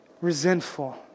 resentful